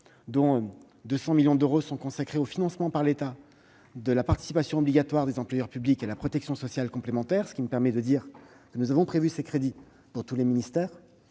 dont 200 millions d'euros seront consacrés au financement par l'État de la participation obligatoire des employeurs publics à la protection sociale complémentaire, à l'instar de ce que nous avons prévu pour tous les ministères.